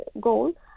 goal